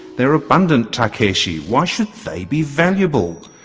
they are abundant takeshi. why should they be valuable?